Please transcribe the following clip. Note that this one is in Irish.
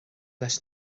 leis